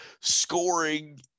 scoring